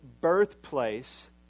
birthplace